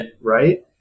Right